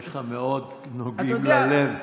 הדברים שלך מאוד נוגעים ללב,